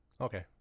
Okay